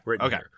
okay